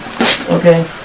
Okay